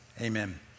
amen